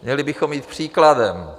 Měli bychom jít příkladem.